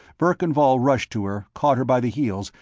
verkan vall rushed to her, caught her by the heels,